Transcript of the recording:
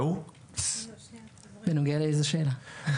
בנוגע לאיזו שאלה?